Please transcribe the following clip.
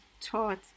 taught